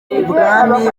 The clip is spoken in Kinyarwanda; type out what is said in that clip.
ibwami